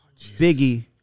Biggie